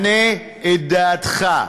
שנה את דעתך,